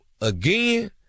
again